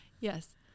Yes